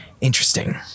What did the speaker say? Interesting